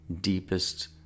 deepest